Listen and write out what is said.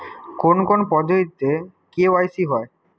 কোন কোন পদ্ধতিতে কে.ওয়াই.সি হয়?